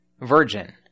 virgin